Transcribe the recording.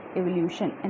evolution